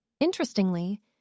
Interestingly